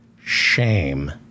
Shame